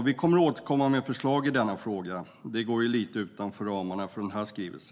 Vi kommer att återkomma med förslag i denna fråga, men det går lite utanför ramarna för denna skrivelse.